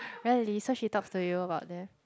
really so she talks to you about there